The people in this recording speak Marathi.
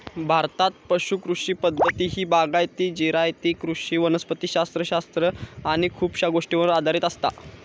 भारतात पुश कृषी पद्धती ही बागायती, जिरायती कृषी वनस्पति शास्त्र शास्त्र आणि खुपशा गोष्टींवर आधारित असता